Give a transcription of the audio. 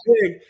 big